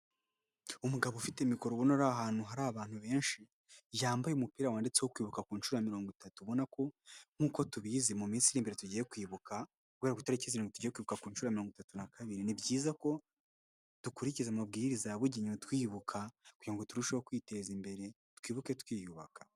umugabo ufite mikoro ubona ko ari ahantu hari abantu benshi yambaye umupira wanditseho kwibuka ku nshuro ya mirongo itatu, ubona ko nkuko tubizi mu minsi iri imbere tugiye kwibuka guhera ku itariki tugiye kwibuka ku nshuro mirongo itatu na kabiri. Ni byiza ko dukurikiza amabwiriza yabugenewe twibuka kugira ngo turusheho kwiteza imbere twibuke twiyubaka.